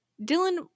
Dylan